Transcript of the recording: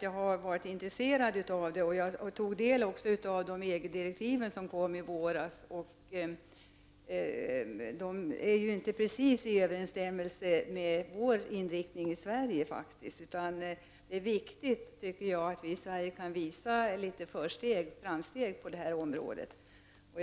jag har varit intresserad av det. Jag tog del av de EG-direktiv som kom i våras. De är inte precis i överensstämmelse med vår inriktning i Sverige. Det är viktigt att vi i Sverige kan visa litet försteg på det här området.